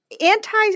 anti